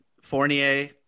Fournier